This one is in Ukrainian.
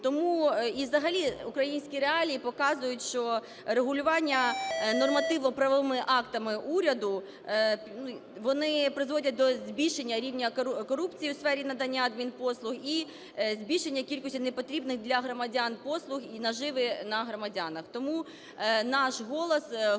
І взагалі українські реалії показують, що регулювання нормативно-правовими актами уряду, вони призводять до збільшення рівня корупції у сфері надання адмінпослуг і збільшення кількості непотрібних для громадян послуг і наживи на громадянах.